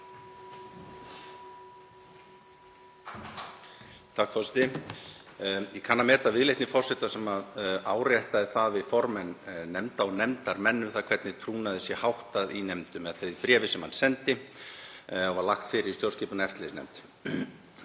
Forseti. Ég kann að meta viðleitni forseta sem áréttaði það við formenn nefnda og nefndarmenn hvernig trúnaði er háttað í nefndum með því bréfi sem hann sendi. Það var lagt fyrir í stjórnskipunar- og eftirlitsnefnd.